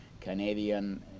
Canadian